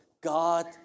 God